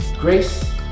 Grace